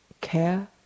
care